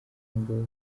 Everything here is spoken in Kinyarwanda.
ngo